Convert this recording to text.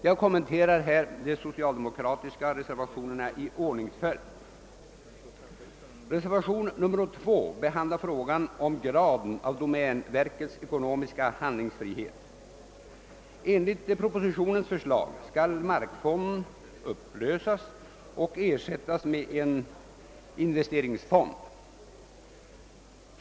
Jag kommenterar här de socialdemokratiska reservationerna i ordningsföljd. Reservationen 2 behandlar frågan om graden av domänverkets ekonomiska handlingsfrihet. Enligt propositionens förslag skall markfonden upplösas och ersättas med en investeringsfond.